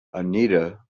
anita